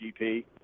GP